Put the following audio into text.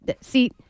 see